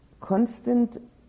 constant